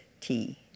tea